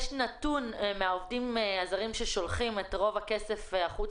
יש נתון לגבי העובדים הזרים ששולחים את רוב הכסף למדינות